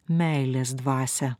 meilės dvasią